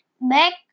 back